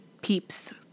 peeps